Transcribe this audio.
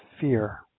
fear